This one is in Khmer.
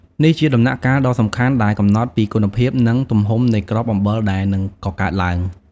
នេះជាដំណាក់កាលដ៏សំខាន់ដែលកំណត់ពីគុណភាពនិងទំហំនៃគ្រាប់អំបិលដែលនឹងកកើតឡើង។